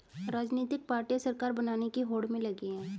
राजनीतिक पार्टियां सरकार बनाने की होड़ में लगी हैं